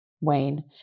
Wayne